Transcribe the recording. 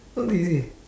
not lazy